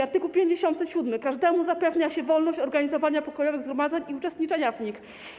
Art. 57. Każdemu zapewnia się wolność organizowania pokojowych zgromadzeń i uczestniczenia w nich.